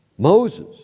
Moses